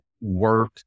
work